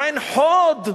מעין-חוד,